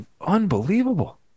unbelievable